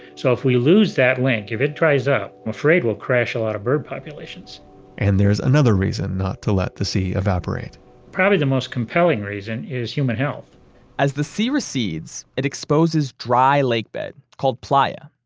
so if we lose that link, if it dries up, i'm afraid we'll crash a lot of bird populations and there's another reason not to let the sea evaporate probably the most compelling reason is human health as the sea recedes, it exposes dry lake bed called playa,